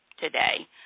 today